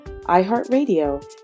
iHeartRadio